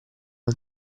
non